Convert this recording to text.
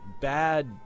bad